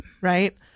Right